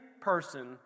person